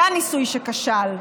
זה הניסוי שכשל,